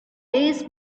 days